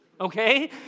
okay